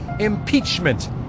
impeachment